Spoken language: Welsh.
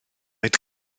oed